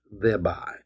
thereby